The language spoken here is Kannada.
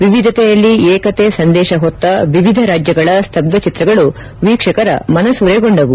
ವಿವಿಧತೆಯಲ್ಲಿ ಏಕತೆ ಸಂದೇಶ ಹೊತ್ತ ವಿವಿಧ ರಾಜ್ಯಗಳ ಸ್ತಬ್ದ ಚಿತ್ರಗಳು ವೀಕ್ಷಕರ ಮನಸೂರೆಗೊಂಡವು